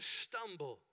stumble